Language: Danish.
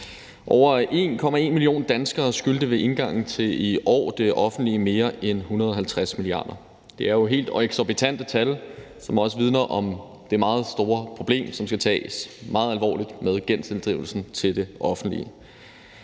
Over 1,1 million danskere skyldte ved indgangen til i år det offentlige mere end 150 mia. kr. Det er jo helt eksorbitante tal, som også vidner om det meget store problem med gældsinddrivelsen til det offentlige,